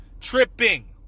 Tripping